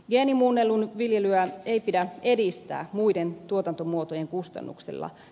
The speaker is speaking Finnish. geenimuunnellun viljelyä ei pidä edistää muiden tuotantomuotojen kustannuksella